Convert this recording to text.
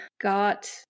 got